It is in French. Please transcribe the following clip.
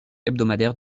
hebdomadaires